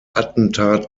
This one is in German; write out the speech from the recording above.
attentat